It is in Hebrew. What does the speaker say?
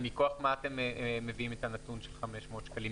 אז מכוח מה אתם מביאים את הנתון של 500 שקלים?